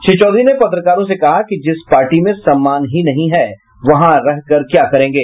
श्री चौधरी ने पत्रकारों से कहा कि जिस पार्टी में सम्मान ही नहीं है वहां रहकर क्या करेंगे